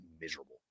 miserable